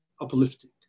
uplifting